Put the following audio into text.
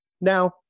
Now